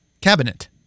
Cabinet